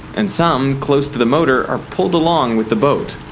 and some close to the motor are pulled along with the boat.